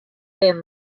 fan